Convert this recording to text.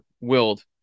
willed